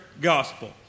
gospel